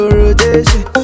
rotation